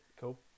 Cool